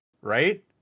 right